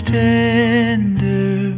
tender